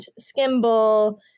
Skimble